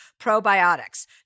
probiotics